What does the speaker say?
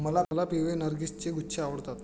मला पिवळे नर्गिसचे गुच्छे आवडतात